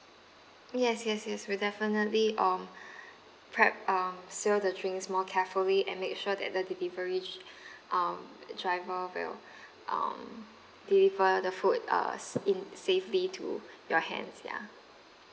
yes yes yes we'll definitely um pack um seal the drinks more carefully and make sure that the deliveries um the driver will um deliver the food uh s~ in safely to your hands ya